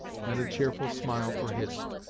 and a cheerful smile for hist.